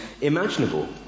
imaginable